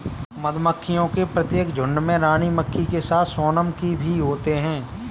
मधुमक्खियों के प्रत्येक झुंड में रानी मक्खी के साथ सोनम की भी होते हैं